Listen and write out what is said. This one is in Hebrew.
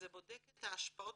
זה בודק את ההשפעות